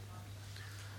מכונית.